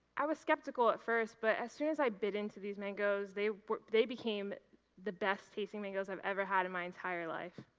i was skeptical at first, but as soon as i bit into these mangos, they they became the best tasting mangos i've ever had in my entire life.